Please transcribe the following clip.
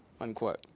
unquote